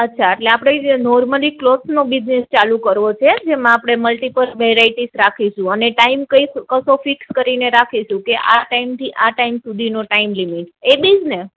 અચ્છા આપણે જે નોર્મલી ક્લોથસનો બિસનેસ ચાલુ કરવો છે જેમા આપણે મલ્ટિપલ વરાઇટીસ રાખીશુ અને ટાઇમ કઈક કશો ફિક્સ કરીને રાખીશુ કે આ ટાઇમથી આ ટાઇમ સુધીનો ટાઇમ લિમિટ એ બિસનેસ